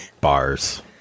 bars